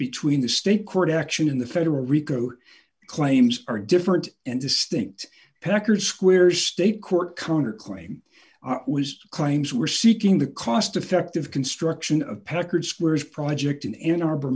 between the state court action in the federal rico claims are different and distinct peckers squares state court connor claim was claims were seeking the cost effective construction of packard squares project in a